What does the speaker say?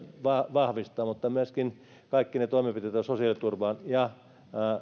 vahvista mutta myöskin kaikki ne toimenpiteet joita sosiaaliturvaan ja